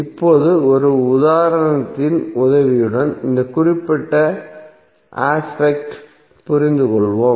இப்போது ஒரு உதாரணத்தின் உதவியுடன் இந்த குறிப்பிட்ட ஆஸ்பெக்ட் ஐ புரிந்துகொள்வோம்